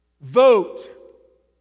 Vote